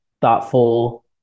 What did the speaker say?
thoughtful